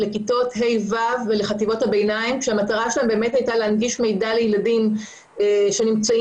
לכיתות ה'-ו' ולחטיבות הביניים כשהמטרה הייתה להנגיש מידע לילדים שנמצאים